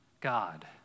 God